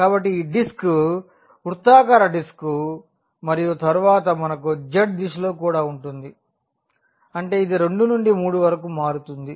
కాబట్టి ఈ డిస్క్ వృత్తాకార డిస్క్ మరియు తరువాత మనకు z దిశలో కూడా ఉంటుంది అంటే ఇది 2 నుండి 3 వరకుమారుతుంది